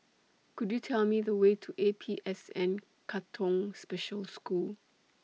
Could YOU Tell Me The Way to A P S N Katong Special School